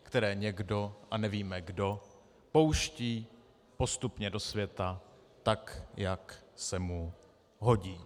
Které někdo, a nevíme kdo, pouští postupně do světa, tak jak se mu hodí.